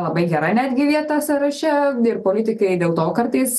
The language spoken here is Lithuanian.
labai gera netgi vieta sąraše ir politikai dėl to kartais